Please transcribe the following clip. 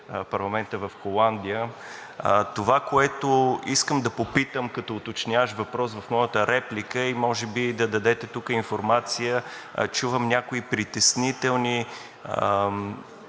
парламента в Холандия. Това, което искам да попитам като уточняващ въпрос в моята реплика и може би да дадете тук информация, чувам някои притеснителни